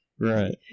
right